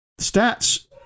stats